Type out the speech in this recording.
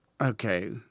Okay